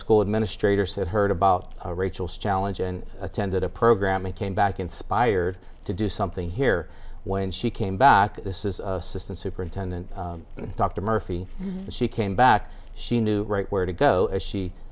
school administrators had heard about rachel's challenge and attended a program and came back inspired to do something here when she came back this is assistant superintendent dr murphy and she came back she knew right where to go as she